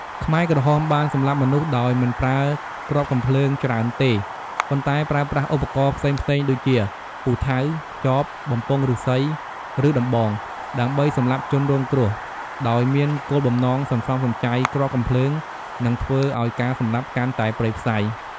ខ្មែរក្រហមបានសម្លាប់មនុស្សដោយមិនប្រើគ្រាប់កាំភ្លើងច្រើនទេ ប៉ុន្តែប្រើប្រាស់ឧបករណ៍ផ្សេងៗដូចជា ពូថៅ ចប បំពង់ឫស្សី ឬដំបង ដើម្បីសម្លាប់ជនរងគ្រោះ ដោយមានគោលបំណងសន្សំសំចៃគ្រាប់កាំភ្លើង និងធ្វើឱ្យការសម្លាប់កាន់តែព្រៃផ្សៃ។